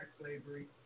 slavery